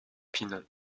pinon